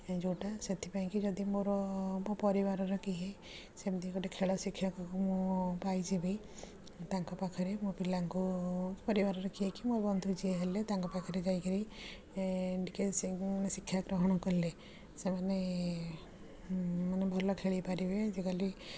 ଯେଉଁଟା ସେଥିପାଇଁ କି ଯଦି ମୋର ମୋ ପରିବାରର କେହି ସେମିତି ଗୋଟେ ଖେଳ ଶିକ୍ଷକଙ୍କୁ ମୁଁ ପାଇଯିବି ତାଙ୍କ ପାଖରେ ମୁଁ ପିଲାଙ୍କୁ ପରିବାରର କିଏ କି ମୋ ବନ୍ଧୁ ଯିଏ ହେଲେ ତାଙ୍କ ପାଖରେ ଯାଇକିରି ଟିକେ ଶିକ୍ଷା ଗ୍ରହଣ କଲେ ସେମାନେ ମାନେ ଭଲ ଖେଳି ପାରିବେ ଆଜିକାଲି